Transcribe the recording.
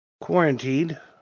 quarantined